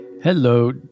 Hello